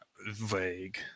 vague